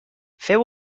feu